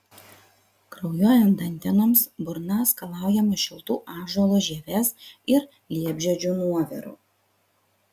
kraujuojant dantenoms burna skalaujama šiltu ąžuolo žievės ir liepžiedžių nuoviru